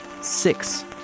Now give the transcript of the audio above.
Six